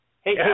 Hey